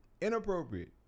inappropriate